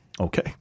Okay